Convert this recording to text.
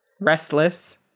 Restless